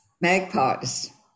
magpies